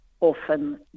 often